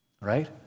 Right